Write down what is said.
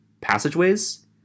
passageways